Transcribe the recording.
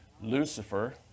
Lucifer